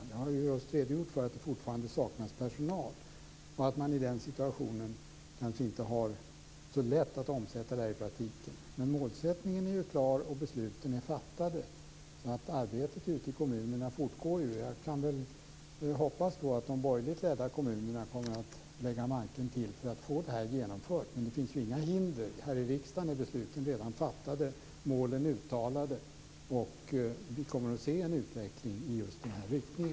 Jag har ju nyss redogjort för att det fortfarande saknas personal och för att man i den situationen kanske inte har så lätt att omsätta det här i praktiken. Målsättningen är emellertid klar och besluten är fattade, så arbetet ute i kommunerna fortgår. Jag hoppas att de borgerligt ledda kommunerna lägger manken till för att få det här genomfört. Det finns i alla fall inga hinder. Här i riksdagen är ju besluten redan fattade och målen är uttalade. Vi kommer alltså att se en utveckling i just nämnda riktning.